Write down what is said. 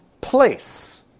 place